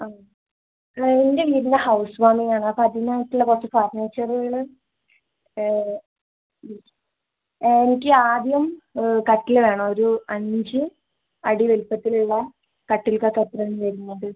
ആ എൻ്റെ വീടിൻ്റെ ഹൗസ് വോമിംഗ ആണ് അ പതിനായിട്ടുള്ള കൊറച്ച് ഫർണിച്ചറുകള് എനിക്ക് ആദ്യം കട്ടില് വേണം ഒരു അഞ്ച് അടി വളുപ്പത്തിലുള്ള കട്ടിൽക്കൊക്കെ എത്രയാണ് വെരുന്നത്